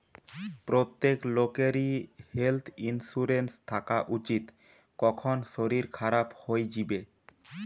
প্রত্যেক লোকেরই health insurance থাকা উচিত, কখন শরীর খারাপ হই যিবে